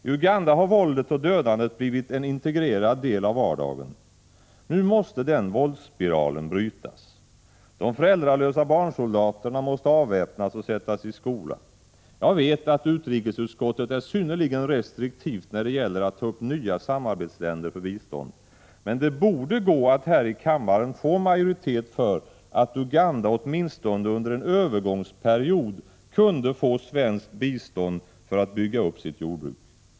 I Uganda har våldet och dödandet blivit en integrerad del av vardagen. Nu måste den våldsspiralen brytas. De föräldralösa barnsoldaterna måste avväpnas och sättas i skola. Jag vet att utrikesutskottet är synnerligen restriktivt när det gäller att ta upp nya samarbetsländer för bistånd. Men det borde gå att här i kammaren få majoritet för att Uganda åtminstone under en övergångsperiod skall få svenskt bistånd för att bygga upp sitt jordbruk.